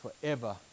forever